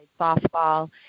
softball